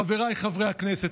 חבריי חברי הכנסת,